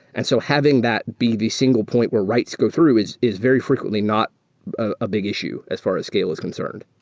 and so having that be the single point where writes go through is is very frequently not a big issue as far as scale is concerned.